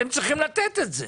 אתם צריכים לתת את זה.